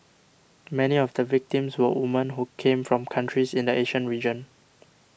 many of the victims were woman who came from countries in the Asian region